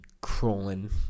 crawling